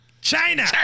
China